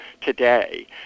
today